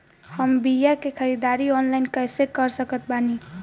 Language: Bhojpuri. हम बीया के ख़रीदारी ऑनलाइन कैसे कर सकत बानी?